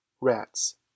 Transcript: Rats